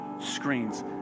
screens